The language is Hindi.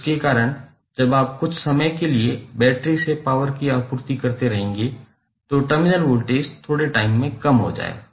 उसके कारण जब आप कुछ समय के के लिए बैटरी से पॉवर की आपूर्ति करते रहेंगे तो टर्मिनल वोल्टेज कम हो जाएगा